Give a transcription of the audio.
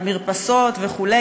המרפסות וכו',